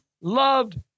loved